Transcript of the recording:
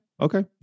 okay